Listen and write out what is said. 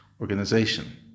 organization